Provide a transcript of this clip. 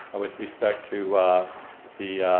with respect to the